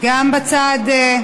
גם בצד,